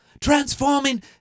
transforming